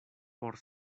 por